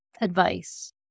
advice